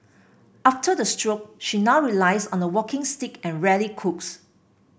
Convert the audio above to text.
after the stroke she now relies on a walking stick and rarely cooks